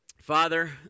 Father